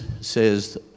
says